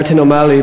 מרטין אומאלי,